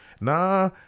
Nah